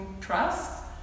trust